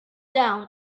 down